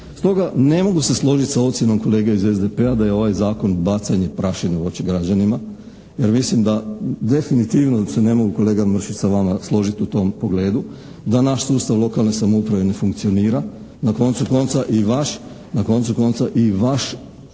Stoga ne mogu se složiti sa ocjenom kolege iz SDP-a da je ovaj Zakon bacanje prašine u oči građanima jer mislim da definitivno se ne mogu, kolega Mršić, sa vama složiti u tom pogledu. Da naš sustav lokalne samouprave ne funkcionira. Na koncu konca i vaš grad dokazuje da